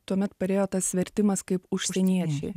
tuomet parėjo tas vertimas kaip užsieniečiai